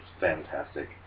fantastic